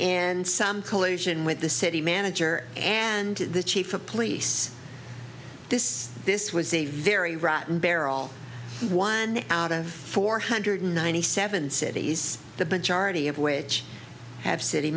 and some collusion with the city manager and the chief of police this this was a very rotten barrel one out of four hundred ninety seven cities the majority of which have city